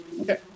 Okay